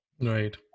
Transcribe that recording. Right